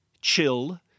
chill